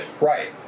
Right